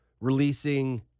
Releasing